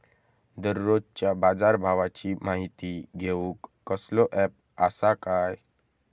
दररोजच्या बाजारभावाची माहिती घेऊक कसलो अँप आसा काय?